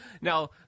Now